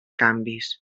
canvis